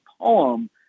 poem